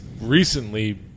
recently